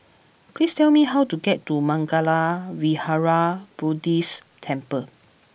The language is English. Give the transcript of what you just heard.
please tell me how to get to Mangala Vihara Buddhist Temple